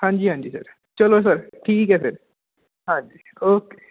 ਹਾਂਜੀ ਹਾਂਜੀ ਸਰ ਚਲੋ ਸਰ ਠੀਕ ਹੈ ਫਿਰ ਹਾਂਜੀ ਓਕੇ